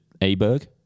aberg